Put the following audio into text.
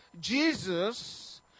jesus